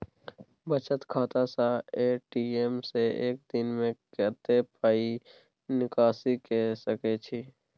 बचत खाता स ए.टी.एम से एक दिन में कत्ते पाई निकासी के सके छि?